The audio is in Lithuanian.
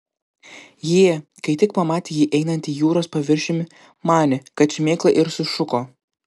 jie kai tik pamatė jį einantį jūros paviršiumi manė kad šmėkla ir sušuko